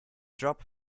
job